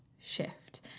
shift